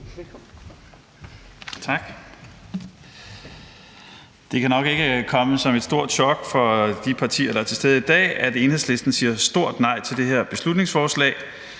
Lund (EL): Tak. Det kan nok ikke komme som et stort chok for de partier, der er til stede i dag, at Enhedslisten siger stort nej til det her beslutningsforslag.